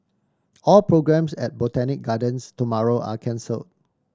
all programmes at Botanic Gardens tomorrow are cancel